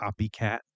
copycat